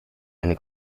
eine